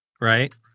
Right